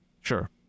Sure